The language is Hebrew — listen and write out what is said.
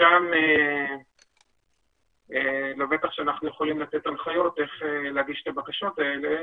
שם לבטח אנחנו יכולים לתת הנחיות איך להגיש את הבקשות האלה